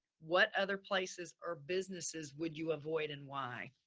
what other places or businesses would you avoid and why?